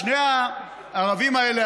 שני הערבים האלה,